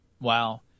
Wow